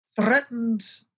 threatened